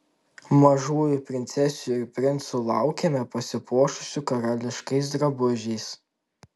mažųjų princesių ir princų laukiame pasipuošusių karališkais drabužiais